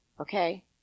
okay